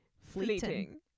fleeting